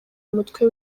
umutwe